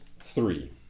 three